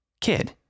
Kid